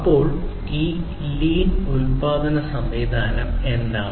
അപ്പോൾ ഈ ലീൻ ഉൽപാദന സംവിധാനം എന്താണ്